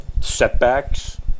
setbacks